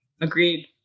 agreed